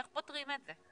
איך פותרים את זה?